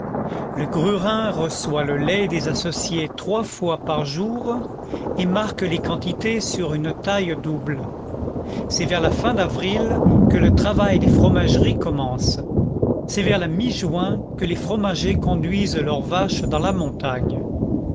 le grurin reçoit le lait des associés trois fois par jour et marque les quantités sur une taille double c'est vers la fin d'avril que le travail des fromageries commence c'est vers la mi juin que les fromagers conduisent leurs vaches dans la montagne